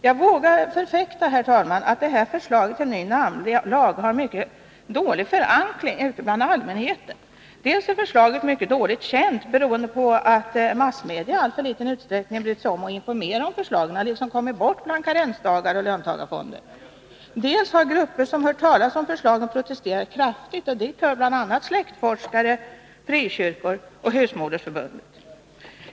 Jag vågar förfäkta, herr talman, att det här förslaget till ny namnlag har mycket dålig förankring ute hos allmänheten. Dels är förslaget mycket dåligt känt, beroende på att massmedia i alltför liten utsträckning har brytt sig om att informera om det — det har kommit bort bland karensdagar och löntagarfonder —, dels har grupper som hört talas om förslaget protesterat kraftigt. Dit hör bl.a. släktforskare, frikyrkor och Husmodersförbundet.